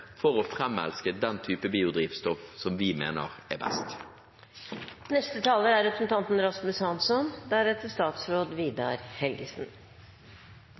for å framelske den type biodrivstoff som vi mener er